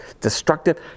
destructive